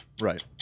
Right